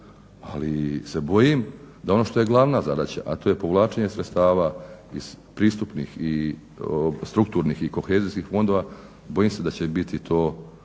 Ali se bojim da ono što je glavna zadaća, a to je povlačenje sredstava iz pristupnih i strukturnih i kohezijskih fondova bojim se da će biti to,